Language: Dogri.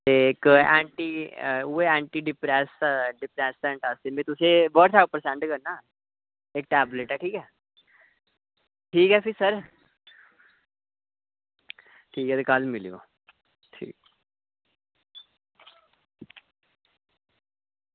ते इक्क एंटी उ'ऐ एंटी डिप्रेशन आस्तै में तुसेंगी व्हाट्सऐप पर सैंड करना एह् टेबलेट ऐ ठीक ऐ ठीक ऐ भी सर ठीक ऐ ते कल्ल मिलेओ ठीक